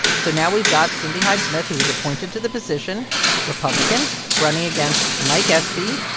so now we've got cindy hyde-smith, who was appointed to the position republican running against mike espy,